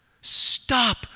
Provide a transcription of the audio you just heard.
Stop